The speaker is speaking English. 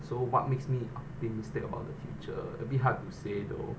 so what makes me optimistic about the future a bit hard to say though